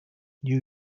new